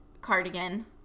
cardigan